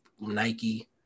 Nike